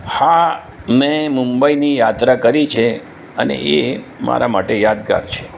હા મેં મુંબઈની યાત્રા કરી છે અને એ મારા માટે યાદગાર છે